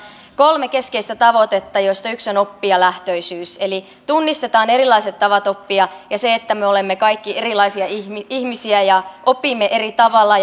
kolme keskeistä tavoitetta joista yksi on oppijalähtöisyys eli tunnistetaan erilaiset tavat oppia ja se että me olemme kaikki erilaisia ihmisiä ihmisiä ja opimme eri tavalla